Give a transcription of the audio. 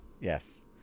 yes